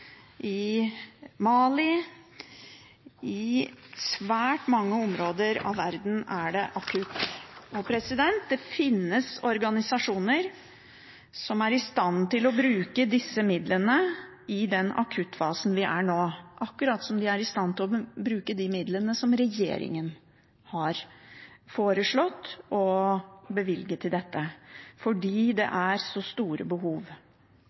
i Mali – i svært mange områder av verden er det akutt nød. Og det finnes organisasjoner som er i stand til å bruke disse midlene i den akuttfasen en er i nå, akkurat som de er i stand til å bruke de midlene som regjeringen har foreslått å bevilge til dette, fordi det er så store behov.